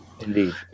Indeed